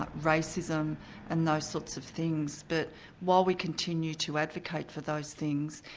but racism and those sorts of things, but while we continue to advocate for those things,